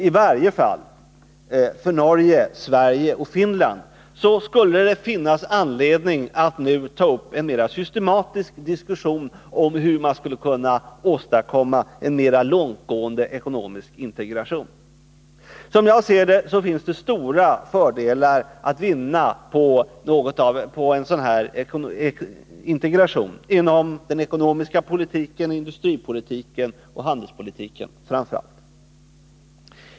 I varje fall för Norge, Sverige och Finland skulle det finnas anledning att nu ta upp en mera systematisk diskussion hur man skulle kunna åstadkomma en mer långtgående ekonomisk integration. Som jag ser det finns det stora fördelar att vinna på en sådan här integration inom framför allt den ekonomiska politiken, industripolitiken och handelspolitiken.